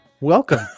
Welcome